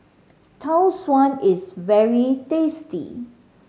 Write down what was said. Tau Suan is very tasty